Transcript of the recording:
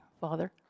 Father